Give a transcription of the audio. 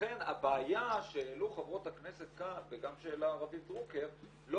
לכן הבעיה שהעלו חברות הכנסת כאן וגם שהעלה רביב דרוקר היא